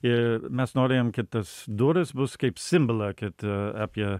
ir mes norėjom kad tas duris bus kaip simbola kad apie